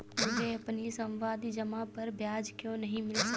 मुझे अपनी सावधि जमा पर ब्याज क्यो नहीं मिला?